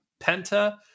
Penta